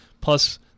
Plus